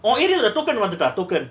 oh area lah token வந்துட்டா:vanthutta token